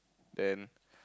then